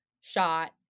shot